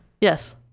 yes